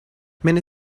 many